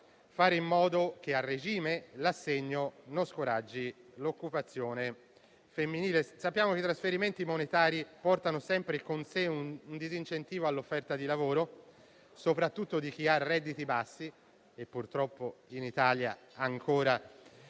fare in modo che a regime l'assegno non scoraggi l'occupazione femminile. Sappiamo che i trasferimenti monetari portano sempre con sé un disincentivo all'offerta di lavoro, soprattutto di chi ha redditi bassi - e purtroppo in Italia questo